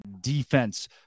defense